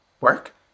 work